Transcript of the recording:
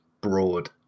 broad